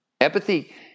Empathy